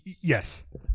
Yes